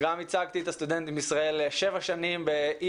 הצגתי את הסטודנטים מישראל 7 שנים בכל